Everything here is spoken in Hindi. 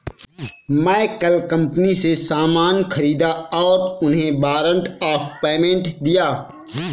मैं कल कंपनी से सामान ख़रीदा और उन्हें वारंट ऑफ़ पेमेंट दिया